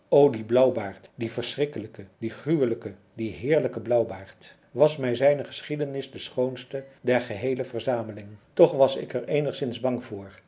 die blauwbaard die verschrikkelijke die gruwelijke die heerlijke blauwbaard was mij zijne geschiedenis de schoonste der geheele verzameling toch was ik er eenigszins bang voor